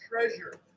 treasure